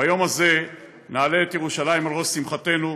ביום הזה נעלה את ירושלים על ראש שמחתנו,